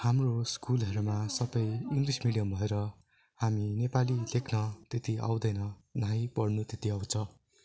हाम्रो स्कुलहरूमा सब इङ्ग्लिस मिडियम भएर हामी नेपाली लेख्न त्यति आउँदैन नही पढ्न त्यति आउँछ